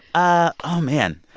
ah oh, man.